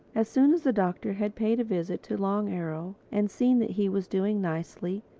as soon as the doctor had paid a visit to long arrow and seen that he was doing nicely,